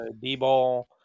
D-ball